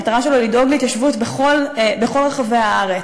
המטרה שלו היא לדאוג להתיישבות בכל רחבי הארץ.